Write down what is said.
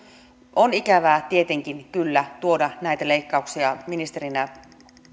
on ikävää tietenkin kyllä tuoda näitä leikkauksia ministerinä